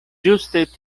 ĝuste